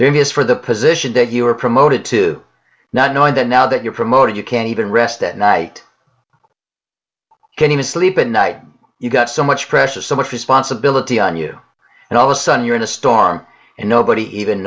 views for the position that you were promoted to not knowing that now that you're promoted you can't even rest at night can you sleep at night you've got so much pressure so much responsibility on you and all of a sudden you're in a storm and nobody even